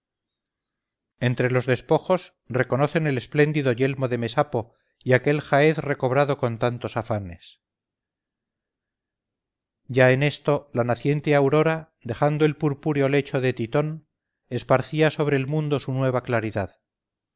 entre los despojos reconocen el espléndido yelmo de mesapo y aquel jaez recobrado con tantos afanes ya en esto la naciente aurora dejando el purpúreo lecho de titón esparcía sobre el mundo su nueva claridad